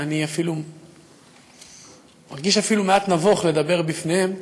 ואני מרגיש אפילו מעט נבוך לדבר בפניהם,